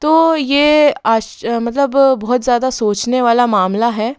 तो ये आस मतलब बहुत ज़्यादा सोचने वाला मामला है